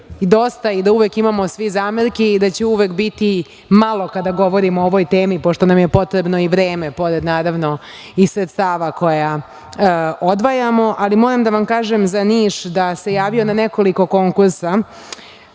dosta i da uvek imamo svi zamerki, i da će uvek biti malo kada govorimo o ovoj temi, pošto nam je potrebno i vreme, pored naravno, sredstava, koja odvajamo. Moram da vam kažem za Niš, da se javo na nekoliko konkursa,